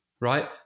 right